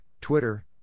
Twitter